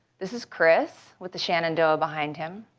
this is chris with the shenandoah behind him.